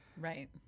Right